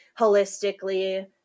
holistically